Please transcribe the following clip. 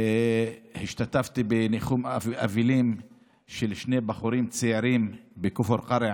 השתתפתי בניחום אבלים על שני בחורים צעירים בכפר קרע,